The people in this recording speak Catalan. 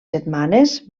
setmanes